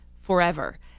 forever